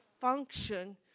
function